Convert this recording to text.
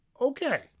Okay